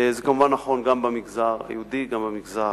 זה כמובן נכון גם במגזר היהודי וגם במגזר הערבי.